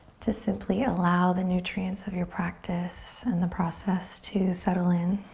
to simply allow the nutrients of your practice and the process to settle in.